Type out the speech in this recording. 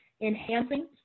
enhancing